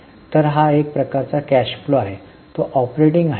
तर हा एक प्रकारचा कॅश फ्लो आहे तो ऑपरेटिंग आहे